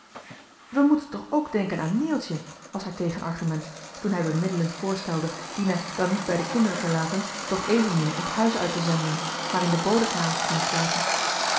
we moeten toch ook denken aan neeltje was haar tegen argument toen hij bemiddelend voorstelde dina dan niet bij de kinderen te laten doch evenmin het huis uit te zenden maar in de bodenkamer te doen slapen